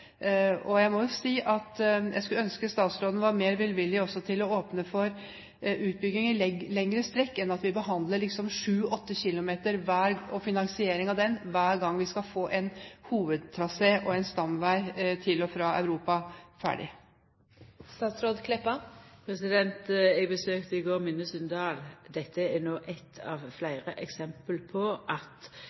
Og jeg må jo si at jeg skulle ønske statsråden var mer velvillig til også å åpne for utbygginger over lengre strekk, slik at vi ikke bare behandler og finansierer 7–8 km hver gang vi skal få en hovedtrasé og en stamvei til og fra Europa ferdig. Eg besøkte i går Minnesund–Dal. Dette er no eitt av fleire eksempel på at